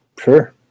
sure